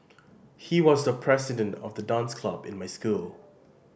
he was the president of the dance club in my school